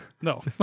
No